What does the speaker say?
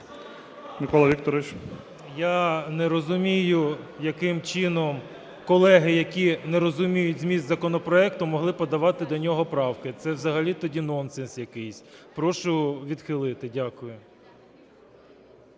Я не розумію, яким чином колеги, які не розуміють зміст законопроекту, могли подавати до нього правки. Це взагалі тоді нонсенс якийсь. Прошу відхилити. Дякую.